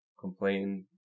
complain